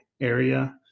area